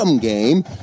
game